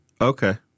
Okay